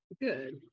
good